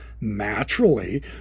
naturally